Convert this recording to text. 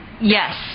Yes